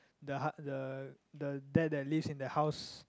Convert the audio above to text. the ot~ the the dad that lives in the house